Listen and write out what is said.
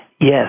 Yes